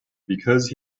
because